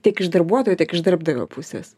tiek iš darbuotojo tiek iš darbdavio pusės